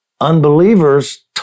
Unbelievers